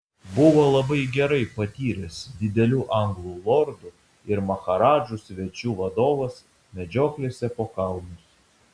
buvo labai gerai patyręs didelių anglų lordų ir maharadžų svečių vadovas medžioklėse po kalnus